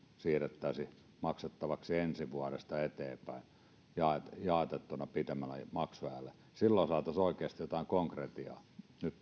siirrettäisiin maksettavaksi ensi vuodesta eteenpäin jaoteltuna pidemmälle maksuajalle silloin saataisiin oikeasti jotain konkretiaa nyt